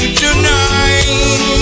tonight